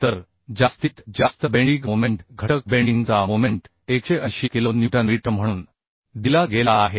तर जास्तीत जास्त बेंडीग मोमेंट घटक बेंडींग चा मोमेंट 180 किलो न्यूटन मीटर म्हणून दिला गेला आहे